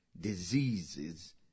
diseases